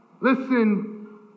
Listen